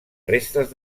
restes